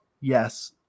yes